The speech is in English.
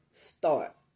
start